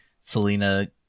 selena